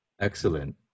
Excellent